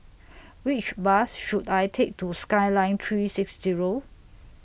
Which Bus should I Take to Skyline three six Zero